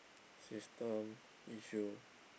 system issue